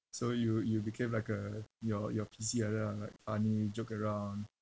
so you you became like a your your P_C like that lah like I mean joke around